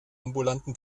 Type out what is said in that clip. ambulanten